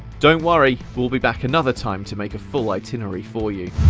don't worry, we'll be back another time to make a full itinerary for you!